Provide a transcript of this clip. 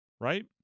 Right